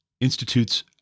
Institute's